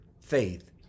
faith